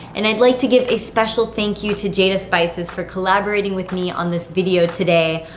and i'd like to give a special thank you to jada spices for collaborating with me on this video today.